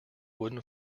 wooden